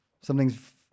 Something's